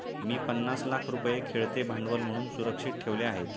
मी पन्नास लाख रुपये खेळते भांडवल म्हणून सुरक्षित ठेवले आहेत